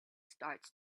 starts